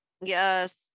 Yes